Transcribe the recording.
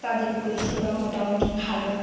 তাদের পরিষেবা মোটামুটি ভালো